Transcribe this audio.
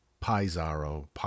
Pizarro